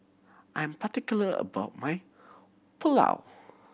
I'm particular about my Pulao